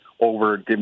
over